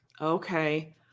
Okay